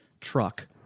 truck